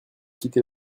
quitté